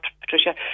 Patricia